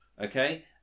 okay